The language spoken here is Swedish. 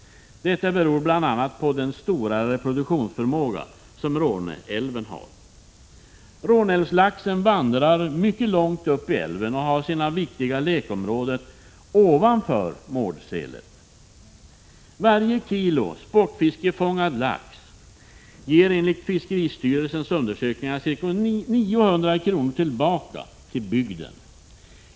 Detta beror bl.a. på den stora reproduktionsförmåga som Råneälven har. Råneälvslaxen vandrar mycket långt upp i älven och har sina viktiga lekområden ovanför Mårdselet. Varje kilo sportfiskefångad lax ger enligt fiskeristyrelsens undersökningar ca 900 kr. tillbaka till bygden.